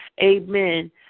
Amen